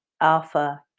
Alpha